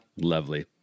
lovely